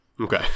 Okay